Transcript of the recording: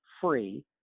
free